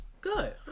good